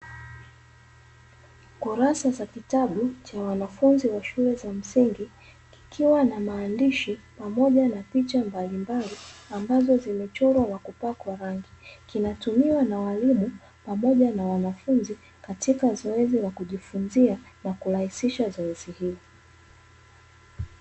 Kurasa za kitabu cha wanafunzi wa shule za msingi, kikiwa na maandishi pamoja na picha mbalimbali ambazo zimechorwa kwa kupakwa rangi. Kinatumiwa na walimu pamoja na wanafunzi katika zoezi la kujifunzia na kurahisisha zoezi hilo.